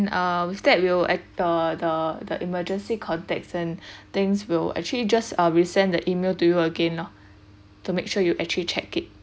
uh instead we'll at the the the emergency contacts and things we'll actually just uh resend the E-mail to you again lor to make sure you actually check it